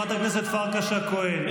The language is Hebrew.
גברתי חברת הכנסת פרקש הכהן,